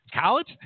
College